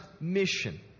mission